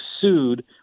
sued